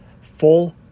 full